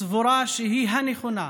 סבורה שהיא הנכונה,